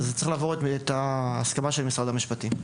זה צריך לעבור את ההסכמה של משרד המשפטים.